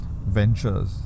ventures